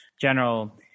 general